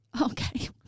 Okay